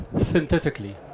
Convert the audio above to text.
synthetically